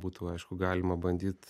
būtų aišku galima bandyt